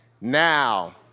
now